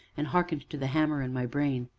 and hearkened to the hammer in my brain.